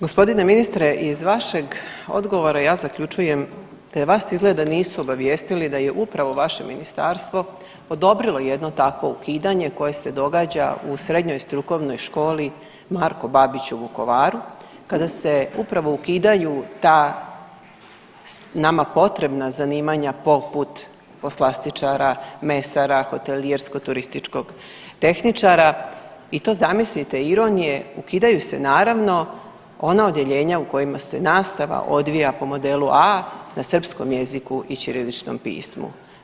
Gospodine ministre, iz vašeg odgovora ja zaključujem da vas izgleda nisu obavijestili da je upravo vaše ministarstvo odobrilo jedno takvo ukidanje koje se događa u Srednjoj strukovnoj školi Marko Babić u Vukovaru kada se upravo ukidaju ta nama potrebna zanimanja poput poslastičara, mesara, hotelijersko-turističkog tehničara i to zamislite ironije ukidaju se naravno ona odjeljenja u kojima se nastava odvija po modelu A na srpskom jeziku i ćiriličnom pismu.